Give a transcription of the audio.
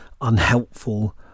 unhelpful